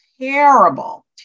terrible